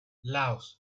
laos